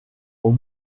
aux